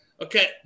Okay